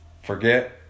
forget